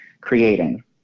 creating